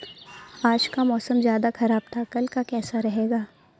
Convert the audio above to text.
आज का मौसम ज्यादा ख़राब था कल का कैसा रहेगा?